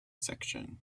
section